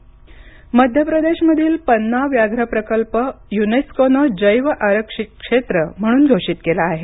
प्रकाश जावडेकर मध्य प्रदेशमधील पन्ना व्याघ्र प्रकल्प युनेस्कोनं जैव आरक्षित क्षेत्र म्हणून घोषित केला आहे